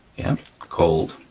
yep cold,